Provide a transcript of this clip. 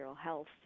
health